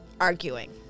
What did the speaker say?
arguing